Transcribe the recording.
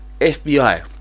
FBI